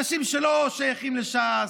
אנשים שלא שייכים לש"ס,